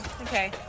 Okay